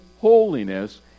holiness